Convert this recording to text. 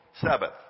Sabbath